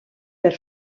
per